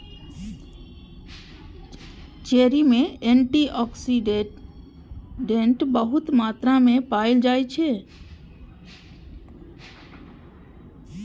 cherry मे antioxidant बहुत मात्रा मे पाएल जाइ छै